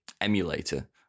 emulator